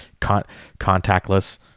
contactless